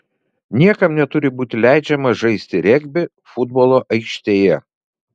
niekam neturi būti leidžiama žaisti regbį futbolo aikštėje